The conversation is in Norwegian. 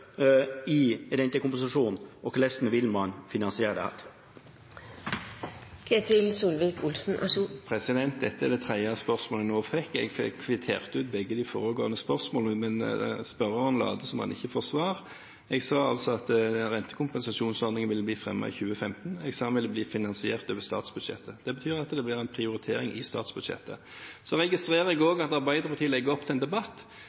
i rentekompensasjon? Og hvorledes vil man finansiere dette? Dette er det tredje spørsmålet jeg nå fikk – jeg fikk kvittert ut begge de foregående spørsmålene, men spørreren later som om han ikke får svar. Jeg sa altså at rentekompensasjonsordningen ville bli fremmet i 2015. Jeg sa at den ville bli finansiert over statsbudsjettet. Det betyr at det blir en prioritering i statsbudsjettet. Så registrerer jeg også at Arbeiderpartiet legger opp til en debatt